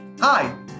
Hi